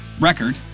record